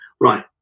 right